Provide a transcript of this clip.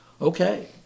Okay